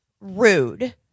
rude